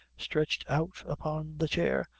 stretched out upon the chair?